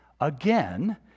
Again